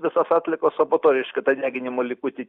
visas atliekos o po to reiškia tą deginimo likutį